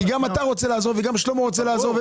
כי גם אתה רוצה לעזור וגם שלמה רוצה לעזור,